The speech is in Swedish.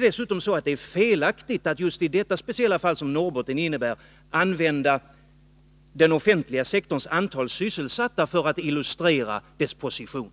Dessutom är det felaktigt att just i det speciella fall som Norrbotten utgör använda den offentliga sektorns antal sysselsatta för att illustrera dess position.